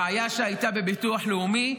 בעיה שהייתה בביטוח לאומי,